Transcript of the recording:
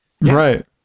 Right